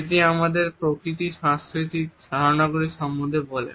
এটি আমাদের প্রকৃতির সংস্কৃতি ধারণাগুলির সম্বন্ধে বলে